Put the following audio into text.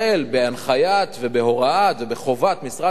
בהנחיית ובהוראת ובחובת משרד האוצר,